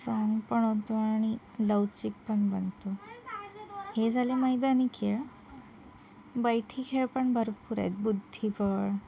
strong पण होतो आणि लवचिक पण बनतो हे झाले मैदानी खेळ बैठे खेळ पण भरपूर आहेत बुद्धीबळ